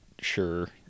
sure